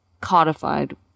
codified